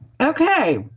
Okay